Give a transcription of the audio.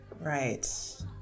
Right